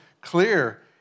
clear